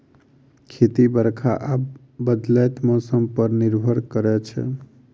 खेती बरखा आ बदलैत मौसम पर निर्भर करै छै